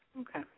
Okay